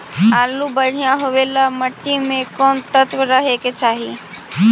आलु बढ़िया होबे ल मट्टी में कोन तत्त्व रहे के चाही?